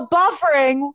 buffering